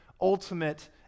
ultimate